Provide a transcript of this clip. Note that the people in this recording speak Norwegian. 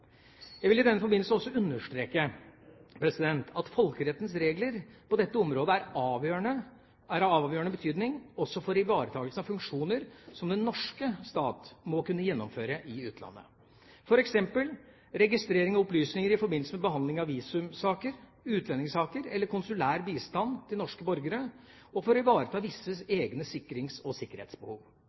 Jeg vil i den forbindelse også understreke at folkerettens regler på dette området er av avgjørende betydning også for ivaretakelsen av funksjoner som den norske stat må kunne gjennomføre i utlandet, f.eks. registrering av opplysninger i forbindelse med behandling av visumsaker, utlendingssaker eller konsulær bistand til norske borgere, og for å ivareta visse egne sikrings- og sikkerhetsbehov.